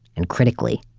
and critically,